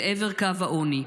אל עבר קו העוני.